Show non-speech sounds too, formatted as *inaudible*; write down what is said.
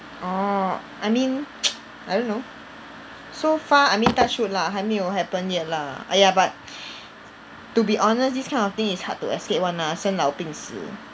orh I mean *noise* I don't know so far I mean touch wood lah 还没有 happen yet lah !aiya! but to be honest this kind of thing is hard to escape [one] lah 生老病死